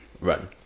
run